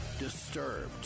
Disturbed